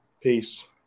Peace